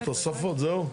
התוספות, זהו?